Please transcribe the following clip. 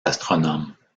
astronomes